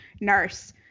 nurse